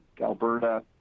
Alberta